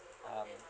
um